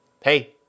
hey